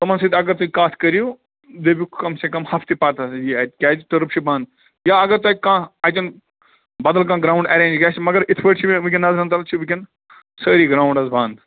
تِمَن سۭتۍ اگر تُہۍ کَتھ کٔرِو دوٚپِوُکھ کَم سے کَم ہفہٕ پَتہٕ حظ یی اَتہِ کیٛازِ تٔرٕف چھِ بنٛد یا اگر تۄہہِ کانٛہہ اَتیٚن بَدل کانٛہہ گرٛاوُنٛڈ ایرینٛج گژھِ مگر اِتھ پٲٹھۍ چھِ مےٚ ؤنکیٚن نظَرَن تَل چھِ ونکٮ۪ن سٲری گرٛاونٛڈ حظ بنٛد